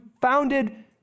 founded